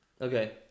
Okay